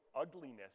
ugliness